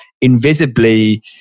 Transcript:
invisibly